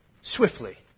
Swiftly